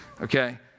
okay